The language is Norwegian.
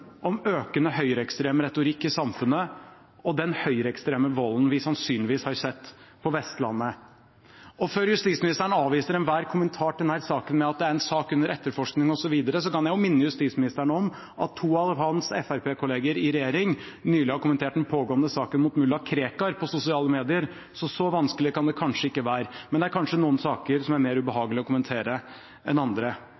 om økende høyreekstrem retorikk i samfunnet og den høyreekstreme volden vi sannsynligvis har sett på Vestlandet. Og før justisministeren avviser enhver kommentar til denne saken med at det er en sak som er under etterforskning, osv., kan jeg minne justisministeren om at to av hans Fremskrittsparti-kollegaer i regjering nylig har kommentert den pågående saken mot Mulla Krekar på sosiale medier, så så vanskelig kan det vel ikke være, men det er kanskje noen saker som det er mer ubehagelig å kommentere enn andre.